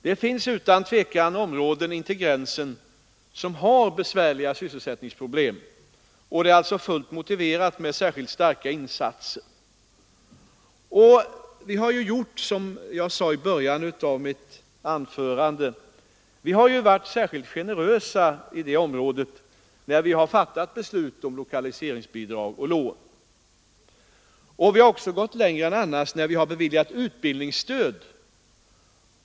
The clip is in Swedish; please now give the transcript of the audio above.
Det finns utan tvivel områden intill gränsen, vilka har besvärliga sysselsättningsproblem. Det är alltså fullt motiverat med särskilt starka insatser där. Som jag sade i början av mitt anförande har vi varit speciellt generösa i det området, när vi fattat beslut om lokaliseringsbidrag och lån. Vi har gått längre än annars, när vi beviljat utbildningsstöd.